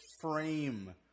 frame